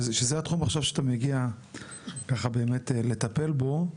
שזה התחום שאתה עכשיו מגיע באמת לטפל בו.